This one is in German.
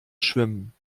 schwimmen